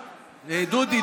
אורבך,